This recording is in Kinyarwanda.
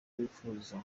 bifuza